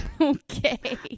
Okay